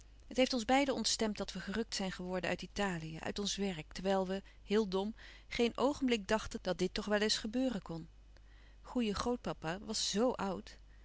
het heeft ons beiden ontstemd dat we gerukt zijn geworden uit italië uit ons werk terwijl we heel dom geen oogenblik dachten dat dit toch wel eens gebeuren kon goeie grootpapa was z oud